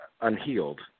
unhealed